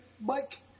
Mike